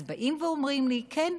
אז באים ואומרים לי: כן,